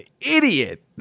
idiot